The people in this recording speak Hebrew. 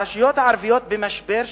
הרשויות הערביות במשבר שלטוני,